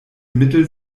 mittel